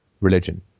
religion